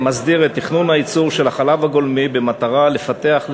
מסדיר את תכנון הייצור של החלב הגולמי במטרה לפתח,